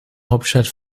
hauptstadt